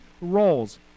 roles